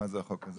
מה החוק הזה?